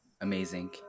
amazing